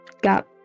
got